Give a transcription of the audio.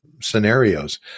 scenarios